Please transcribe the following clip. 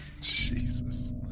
Jesus